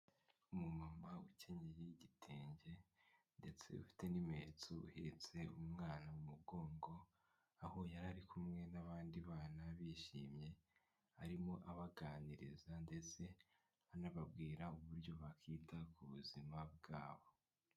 Umumama ukenyeye igitenge, ndetse ufite n'impetso uhetse umwana mu mugongo, aho yari ari kumwe n'abandi bana bishimye, arimo abaganiriza ndetse anababwira uburyo bakita ku buzima bwabo.